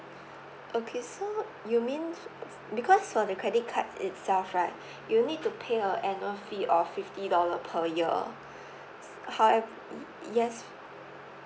okay so you mean because for the credit card itself right you need to pay a annual fee of fifty dollar per year howe~ yes